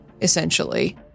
essentially